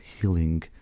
healing